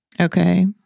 Okay